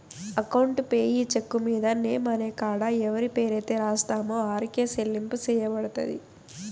account payee cheque మీద name అనే కాడ ఎవరి పేరైతే రాస్తామో ఆరికే సెల్లింపు సెయ్యబడతది